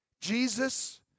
Jesus